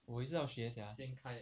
我也是要学 sia